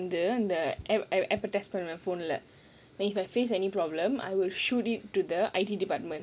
இந்த:indha ap~ app test on my phone lah then if I face any problem I will shoot it to the I_T department